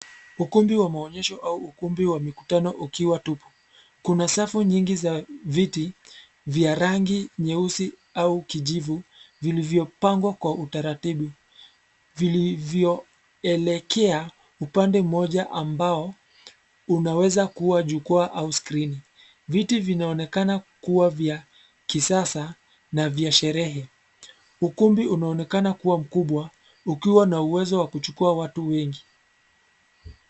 Ukumbi wa maonyesho au ukumbi wa mikutano ukiwa tupu. Kuna safu nyingi za viti vya rangi nyeusi au kijivu vilivyopangwa kwa utaratibu; vilivyoelekea upande mmoja ambao unaweza kua jukwaa au skrini. Viti vinaonekana kua vya kisasa, na vya sherehe. Ukumbi unaonekana kua mkubwa ukiwa na uwezo wa kuchukua watu wengi.